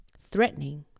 Threatening